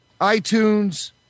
iTunes